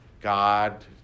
God